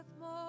more